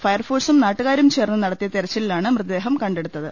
ഫയർഫോഴ്സും നാട്ടുകാരും ചേർന്ന് നടത്തിയ തെരച്ചിലിലാണ് മൃതദേഹം കണ്ടെടുത്തത്